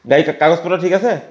গাড়ীৰ কাগজ পত্ৰ ঠিক আছে